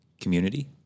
community